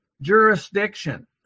jurisdiction